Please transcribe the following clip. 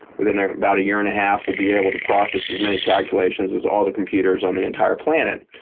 within ah about a year and a half, will be able to process as many calculations as all the computers on the entire planet.